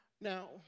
now